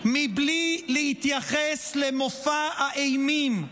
בלי להתייחס למופע האימים,